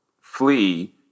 flee